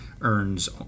earns